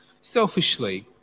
selfishly